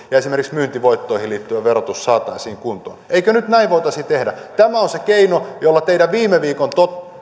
ja esimerkiksi myyntivoittoihin liittyvä verotus saataisiin kuntoon eikö nyt näin voitaisi tehdä tämä on se keino jolla teidän viime viikon